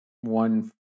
one